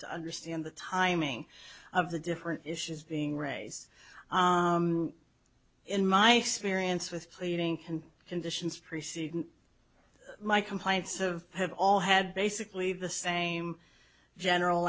to understand the timing of the different issues being raised in my experience with pleading and conditions preceding my complaints of have all had basically the same general